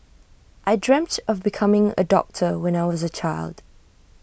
I dreamt of becoming A doctor when I was A child